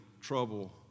trouble